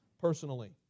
personally